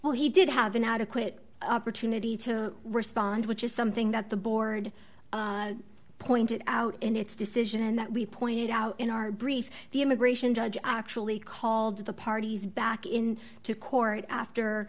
well he did have an adequate opportunity to respond which is something that the board pointed out in its decision and that we pointed out in our brief the immigration judge actually called the parties back in to court after